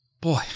Boy